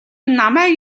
намайг